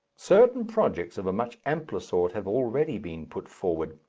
certain projects of a much ampler sort have already been put forward.